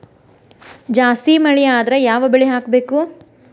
ಜಾಸ್ತಿ ಮಳಿ ಆದ್ರ ಯಾವ ಬೆಳಿ ಹಾಕಬೇಕು?